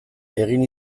egin